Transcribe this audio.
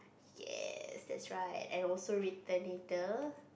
yes that's right and also returning the